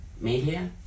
media